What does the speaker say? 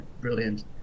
Brilliant